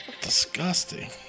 Disgusting